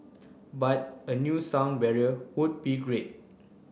but a new sound barrier would be great